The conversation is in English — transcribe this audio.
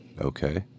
Okay